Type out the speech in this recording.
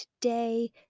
today